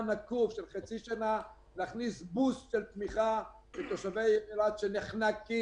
נקוב של חצי שנה להכניס בוסט של תמיכה לתושבי אילת שנחנקים.